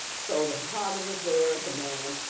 so the photographer's there, it's a man,